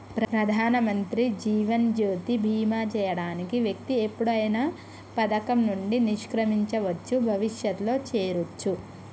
ప్రధానమంత్రి జీవన్ జ్యోతి బీమా చేయబడిన వ్యక్తి ఎప్పుడైనా పథకం నుండి నిష్క్రమించవచ్చు, భవిష్యత్తులో చేరొచ్చు